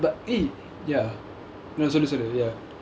eh no but but eh ya no sorry sorry ya